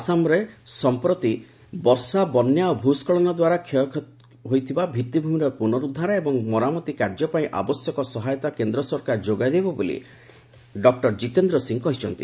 ଆସାମରେ ସମ୍ପ୍ରତି ବର୍ଷା ବନ୍ୟା ଏବଂ ଭୂସ୍ଖଳନଦ୍ୱାରା କ୍ଷୟଗ୍ରସ୍ତ ହୋଇଥିବା ଭିଭିଭୂମିର ପୁନରୁଦ୍ଧାର ଏବଂ ମରାମତି କାର୍ଯ୍ୟ ପାଇଁ ଆବଶ୍ୟକ ସହାୟତା କେନ୍ଦ୍ର ସରକାର ଯୋଗାଇ ଦେବେ ବୋଲି ଡକୁର ସିଂହ କହିଛନ୍ତି